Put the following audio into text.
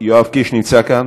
יואב קיש נמצא כאן?